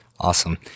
Awesome